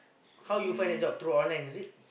how you find the job through online is it